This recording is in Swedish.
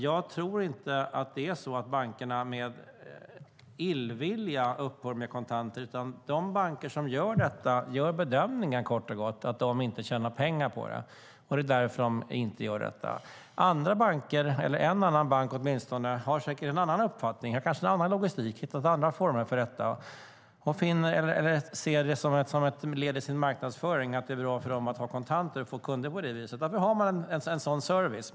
Jag tror inte att bankerna av illvilja upphör med kontanthantering, utan att de banker som gör det kort och gott gör bedömningen att de inte tjänar pengar på den och därför upphör med den. En och annan bank har säkert en annan uppfattning, har en annan logistik och har hittat andra former för detta. De ser det som ett led i sin marknadsföring, att det är bra för dem att ha kontanter för att på det viset få kunder. Därför har man en sådan service.